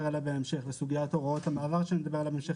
עליה בהמשך וסוגיית הוראות המעבר שנדבר עליה בהמשך,